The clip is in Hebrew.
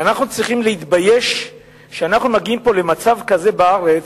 ואנחנו צריכים להתבייש שאנחנו מגיעים למצב כזה בארץ,